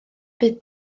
bydd